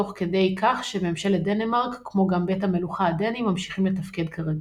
תוך כדי כך שממשלת דנמרק כמו גם בית המלוכה הדני ממשיכים לתפקד כרגיל.